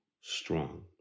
strong